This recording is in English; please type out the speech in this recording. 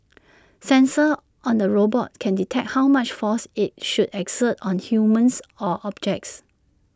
sensors on the robot can detect how much force IT should exert on humans or objects